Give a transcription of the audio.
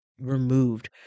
removed